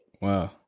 Wow